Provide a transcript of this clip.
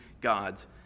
God's